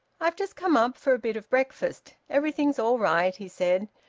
i've just come up for a bit of breakfast. everything's all right, he said.